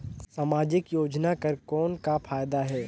समाजिक योजना कर कौन का फायदा है?